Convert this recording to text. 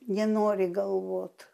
nenori galvot